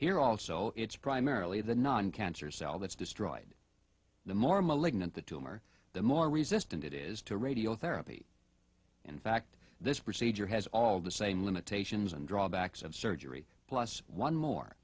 here also it's primarily the non cancer cell that's destroyed the more malignant the tumor the more resistant it is to radiotherapy in fact this procedure has all the same limitations and drawbacks of surgery plus one more